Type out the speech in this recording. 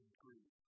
greed